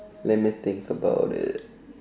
let me think about it